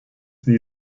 die